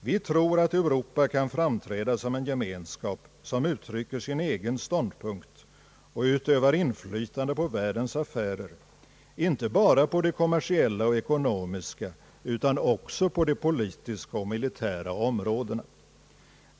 Vi tror att Europa kan framträda som en gemenskap som uttrycker sin egen ståndpunkt och utövar inflytande på världens affärer, inte bara på de kommersiella och ekonomiska utan också på de politiska och militära områdena.